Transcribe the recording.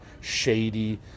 shady